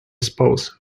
spouse